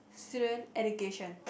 student education